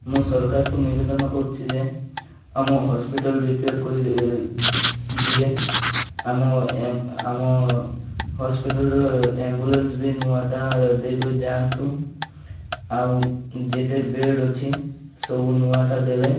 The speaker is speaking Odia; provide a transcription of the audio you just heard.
ମୁଁ ସରକାରକୁ ନିବେଦନ କରୁଛିି ଯେ ଆମ ହସ୍ପିଟାଲ୍ ରିପେୟାର୍ କରି ଦିଏ ଆମ ଆମ ହସ୍ପିଟାଲ୍ର ଆମ୍ବୁଲାନ୍ସ ବି ନୂଆଟା ଦେଇକରି ଯାଆନ୍ତୁ ଆଉ ଯେତେ ବେଡ଼୍ ଅଛି ସବୁ ନୂଆଟା ଦେଲେ